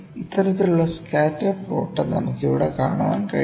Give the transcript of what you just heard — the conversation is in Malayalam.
ഇത്തരത്തിലുള്ള സ്കാറ്റർ പ്ലോട്ട് നമുക്ക് ഇവിടെ കാണാൻ കഴിയും